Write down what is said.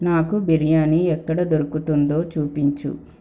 నాకు బిర్యానీ ఎక్కడ దొరుకుతుందో చూపించు